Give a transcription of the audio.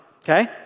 okay